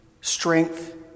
strength